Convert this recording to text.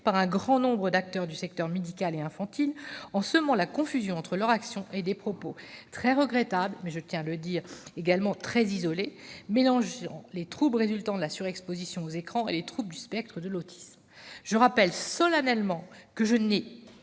par un grand nombre d'acteurs du secteur médical et infantile. Vous avez semé la confusion entre leur action et des propos très regrettables, mais, je tiens à le dire, également très isolés, mélangeant les troubles résultant de la surexposition aux écrans et ceux du spectre de l'autisme. Je rappelle solennellement, comme je l'ai